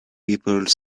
people